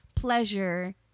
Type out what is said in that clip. pleasure